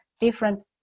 different